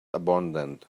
abandoned